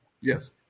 Yes